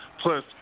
Plus